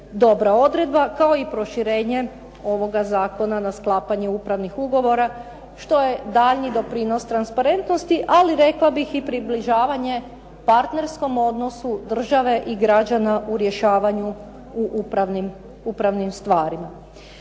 dobra odredba, kao i proširenje ovoga zakona na sklapanje upravnih ugovora što je daljnji doprinos transparentnosti, ali rekla bih i približavanje partnerskom odnosu države i građana u rješavanju u upravnim stvarima.